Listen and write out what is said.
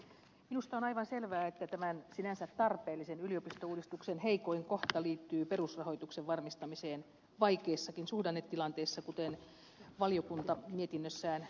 minusta on aivan selvää että tämän sinänsä tarpeellisen yliopistouudistuksen heikoin kohta liittyy perusrahoituksen varmistamiseen vaikeissakin suhdannetilanteissa kuten valiokunta mietinnössään toteaa